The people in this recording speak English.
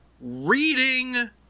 reading